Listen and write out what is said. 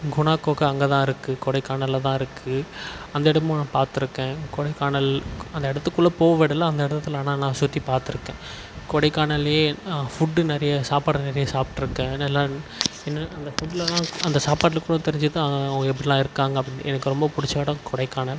குணா குகை அங்கே தான் இருக்குது கொடைக்கானலில் தான் இருக்குது அந்த இடமும் நான் பார்த்துருக்கேன் கொடைக்கானல் அந்த இடத்துக்குள்ள போக விடல அந்த இடத்துல ஆனால் நான் சுற்றிப் பார்த்துருக்கேன் கொடைக்கானல்லேயே ஃபுட்டு நிறைய சாப்பாடு நிறைய சாப்பிட்ருக்கேன் நல்லா என்ன அந்த ஃபுட்லலாம் அந்த சாப்பாட்டில் கூட தெரிஞ்சிது அவங்க எப்படிலாம் இருக்காங்க அப்படின்னு எனக்கு ரொம்ப பிடிச்ச இடம் கொடைக்கானல்